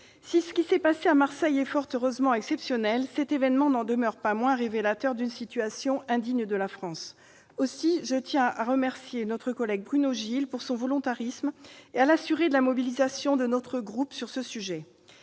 si ce qui s'est passé à Marseille est fort heureusement exceptionnel, cet événement n'en demeure pas moins révélateur d'une situation indigne de la France. Aussi, je tiens à remercier notre collègue Bruno Gilles de son volontarisme et à l'assurer de la mobilisation du groupe Union Centriste sur ce sujet.